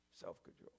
self-control